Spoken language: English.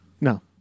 No